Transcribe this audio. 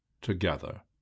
together